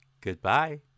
Goodbye